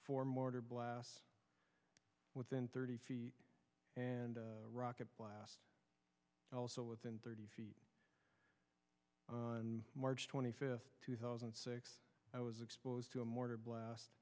four mortar blasts within thirty feet and rocket blast also within thirty feet on march twenty fifth two thousand and six i was exposed to a mortar blast